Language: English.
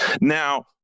Now